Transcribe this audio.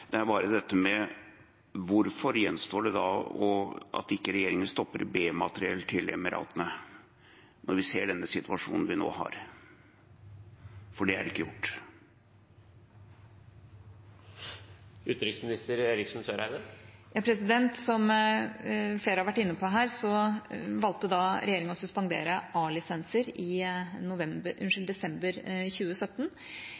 Hvorfor gjenstår det da at regjeringen ikke stopper B-materiell til Emiratene, når vi ser den situasjonen vi nå har? For det er ikke gjort. Som flere har vært inne på, valgte regjeringa å suspendere A-lisenser i